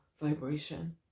vibration